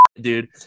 dude